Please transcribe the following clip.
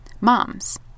moms